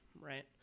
right